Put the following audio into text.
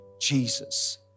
Jesus